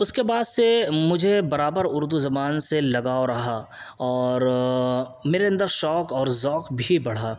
اس کے بعد سے مجھے برابر اردو زبان سے لگاؤ رہا اور میرے اندر شوق اور ذوق بھی بڑھا